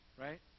right